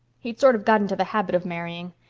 he'd sort of got into the habit of marrying.